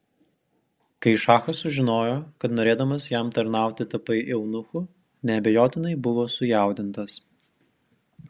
kai šachas sužinojo kad norėdamas jam tarnauti tapai eunuchu neabejotinai buvo sujaudintas